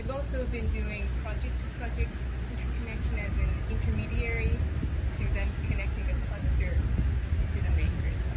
and also been doing project-to-project interconnection as an intermediary to then connecting the cluster to the main grid.